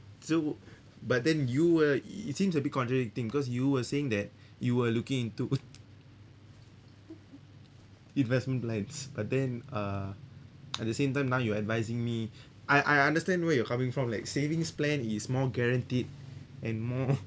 so but then you a~ it seems to be contradicting because you were saying that you were looking into investment plans but then uh at the same time now you are advising me I I understand where you are coming from like savings plan is more guaranteed and more